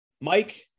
Mike